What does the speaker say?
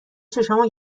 چشامو